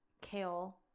Kale